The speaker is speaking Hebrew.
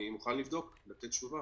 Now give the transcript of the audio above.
אני מוכן לבדוק ולתת תשובה.